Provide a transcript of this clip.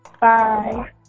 Bye